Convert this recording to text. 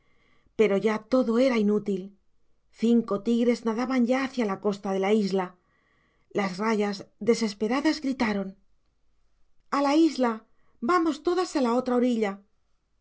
pero ya todo era inútil cinco tigres nadaban ya hacia la costa de la isla las rayas desesperadas gritaron a la isla vamos todas a la otra orilla